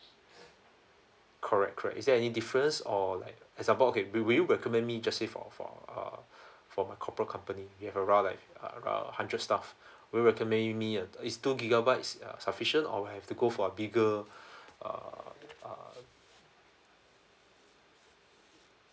correct correct is there any difference or like example okay will you recommend me just say for for uh for my corporate company we have around like around hundred staff will you recommend me uh is two gigabytes uh sufficient or I have to go for a bigger uh